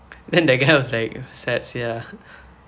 then that guy was like sad sia